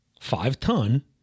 five-ton